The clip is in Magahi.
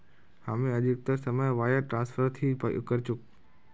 हामी अधिकतर समय वायर ट्रांसफरत ही करचकु